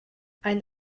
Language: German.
ein